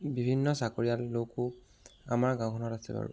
বিভিন্ন চাকৰিয়াল লোকো আমাৰ গাঁওখনত আছে বাৰু